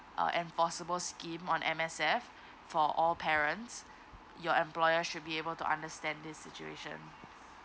uh an forcible scheme on M_S_F for all parents your employer should be able to understand this situation